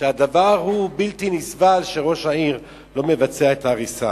שהדבר הוא בלתי נסבל שראש העיר לא מבצע את ההריסה.